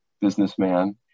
businessman